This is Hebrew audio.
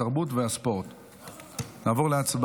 התרבות והספורט נתקבלה.